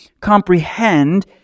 comprehend